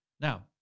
Now